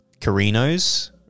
Carinos